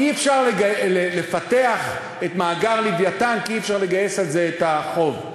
אי-אפשר לפתח את מאגר "לווייתן" כי אי-אפשר לגייס על זה את החוב.